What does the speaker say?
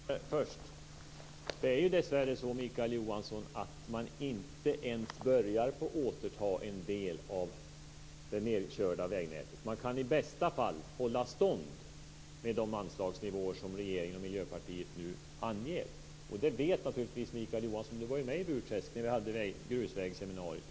Fru talman! Jag tar det senare först. Det är ju dessvärre så, Mikael Johansson, att man inte ens börjar återta en del av det nedkörda vägnätet. Man kan i bästa fall hålla stånd med de anslagsnivåer som regeringen och Miljöpartiet nu anger. Det vet naturligtvis Mikael Johansson. Han var ju med i Burträsk när vi hade ett grusvägsseminarium.